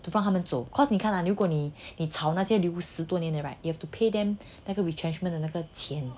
放他们走 cause 你看啊如果你你炒那些留十多年的 right you have to pay them 那个 retrenchment 的那个钱